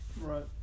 Right